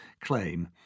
claim